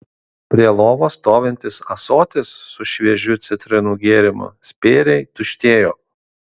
prie lovos stovintis ąsotis su šviežiu citrinų gėrimu spėriai tuštėjo